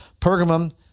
Pergamum